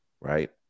Right